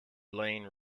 lane